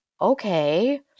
okay